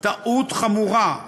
טעות חמורה,